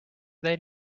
they